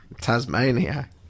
Tasmania